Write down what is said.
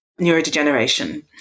neurodegeneration